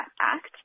Act